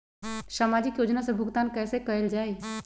सामाजिक योजना से भुगतान कैसे कयल जाई?